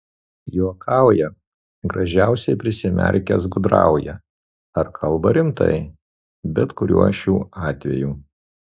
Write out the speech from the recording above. juokauja gražiausiai prisimerkęs gudrauja ar kalba rimtai bet kuriuo šių atvejų